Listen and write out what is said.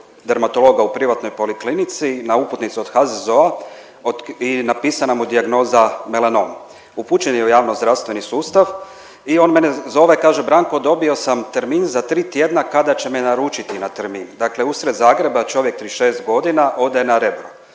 dermatologa u privatnoj poliklinici na uputnicu od HZZO-a i napisana mu je dijagnoza melanom. Upućen je u javnozdravstveni sustav i on mene zove i kaže Branko dobio sam termin za tri tjedna kada će me naručiti na termin, dakle usred Zagreb, čovjek 36.g. ode na Rebro.